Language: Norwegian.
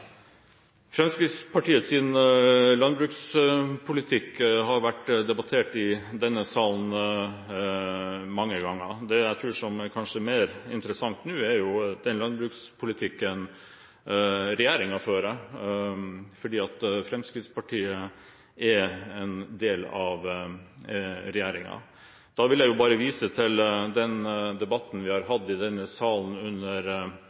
Framstegspartiet sin landbrukspolitikk? Fremskrittspartiets landbrukspolitikk har vært debattert i denne salen mange ganger. Det som kanskje er mer interessant nå, er den landbrukspolitikken regjeringen fører, for Fremskrittspartiet er en del av regjeringen. Da vil jeg vise til den debatten vi